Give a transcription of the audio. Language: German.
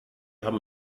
haben